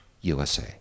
USA